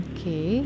Okay